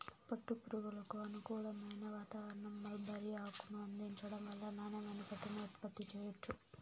పట్టు పురుగులకు అనుకూలమైన వాతావారణం, మల్బరీ ఆకును అందించటం వల్ల నాణ్యమైన పట్టుని ఉత్పత్తి చెయ్యొచ్చు